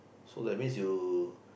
so that means you